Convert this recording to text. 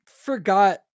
forgot